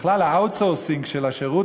בכלל, ה-outsourcing של השירות